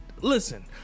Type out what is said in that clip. listen